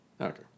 Okay